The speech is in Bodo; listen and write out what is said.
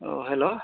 औ हेल'